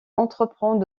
entreprend